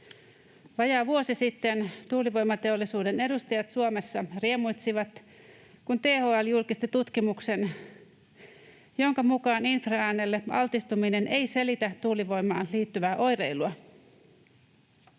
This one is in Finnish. Vajaa vuosi sitten tuulivoimateollisuuden edustajat Suomessa riemuitsivat, kun THL julkisti tutkimuksen, jonka mukaan infraäänelle altistuminen ei selitä tuulivoimaan liittyvää oireilua.